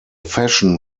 fashion